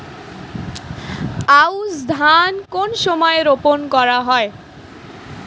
আউশ ধান কোন সময়ে রোপন করা হয়?